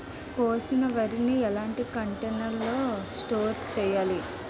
కోసిన వరిని ఎలాంటి కంటైనర్ లో స్టోర్ చెయ్యాలి?